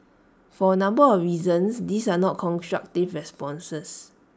for A number of reasons these are not constructive responses